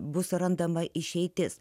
bus randama išeitis